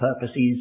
purposes